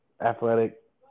athletic –